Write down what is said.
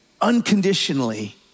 unconditionally